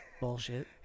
Bullshit